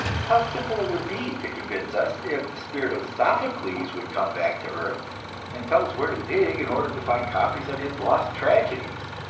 how simple it would be to convince us, if the spirit of sophocles would come back to earth and tell us where to dig in order to find copies of his lost tragedies!